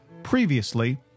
Previously